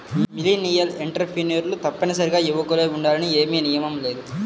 millennial ఎంటర్ప్రెన్యూర్లు తప్పనిసరిగా యువకులే ఉండాలని ఏమీ నియమం లేదు